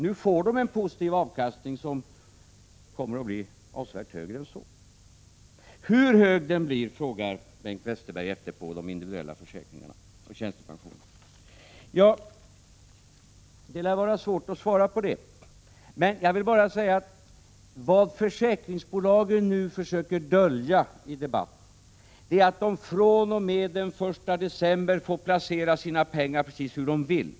Nu får man en positiv avkastning som kommer att bli avsevärt högre än så. Hur hög blir avkastningen när det gäller de individuella försäkringarna och tjänstepensionerna? frågar Bengt Westerberg. Ja, det lär vara svårt att svara på det. Men jag vill bara säga att vad försäkringsbolagen nu försöker dölja i debatten är att de fr.o.m. den 1 december får placera sina pengar precis hur de vill.